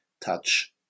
touch